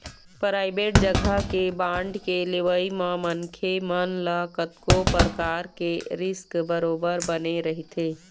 private जघा के bond के लेवई म मनखे मन ल कतको परकार के रिस्क बरोबर बने रहिथे